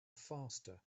faster